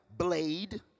Blade